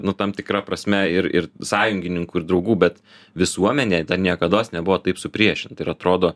nu tam tikra prasme ir ir sąjungininkų ir draugų bet visuomenė ten niekados nebuvo taip supriešinta ir atrodo